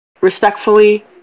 respectfully